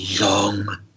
long